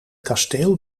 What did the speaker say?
kasteel